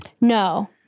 No